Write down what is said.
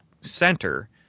center